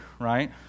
right